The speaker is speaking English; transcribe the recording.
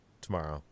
tomorrow